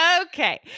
Okay